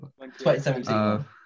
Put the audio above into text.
2017